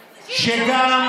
שבי, בבקשה.